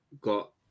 got